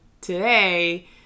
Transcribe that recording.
today